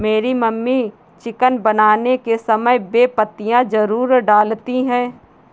मेरी mummy chicken बनाने के समय बे पत्तियां जरूर डालती हैं